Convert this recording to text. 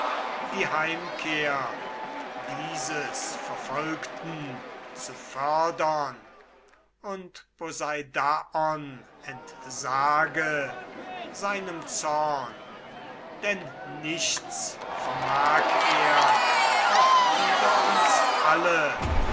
die heimkehr dieses verfolgten zu fördern und poseidaon entsage seinem zorn denn nichts vermag er doch wider uns alle